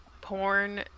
porn